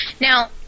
Now